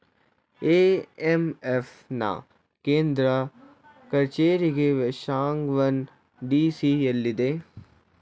IMF ನಾ ಕೇಂದ್ರ ಕಚೇರಿಗೆ ವಾಷಿಂಗ್ಟನ್ ಡಿ.ಸಿ ಎಲ್ಲಿದೆ